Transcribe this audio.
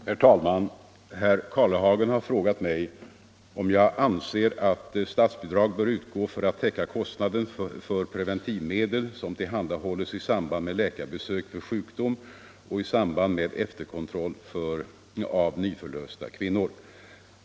Herr talman! Herr Karlehagen har frågat mig om jag anser att statsbidrag bör utgå för att täcka kostnaden för preventivmedel som tillhandahålles i samband med läkarbesök för sjukdom och i samband med efterkontroll av nyförlösta kvinnor.